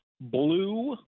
Blue